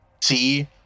see